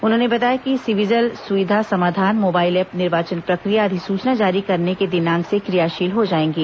उन्होंने बताया कि सिविजिल सुविधा समाधान मोबाइल ऐप निर्वाचन प्रक्रिया अधिसूचना जारी करने के दिनांक से क्रियाशील हो जाएंगे